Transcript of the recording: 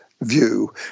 view